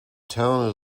town